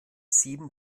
sieben